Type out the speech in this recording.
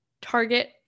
target